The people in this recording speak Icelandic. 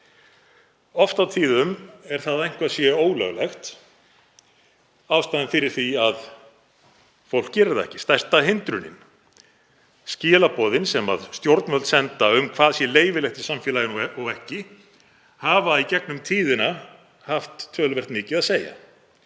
Oft á tíðum er það að eitthvað sé ólöglegt ástæðan fyrir því að fólk gerir það ekki, er stærsta hindrunin. Skilaboðin sem stjórnvöld senda um hvað sé leyfilegt í samfélaginu og hvað ekki hafa í gegnum tíðina haft töluvert mikið að segja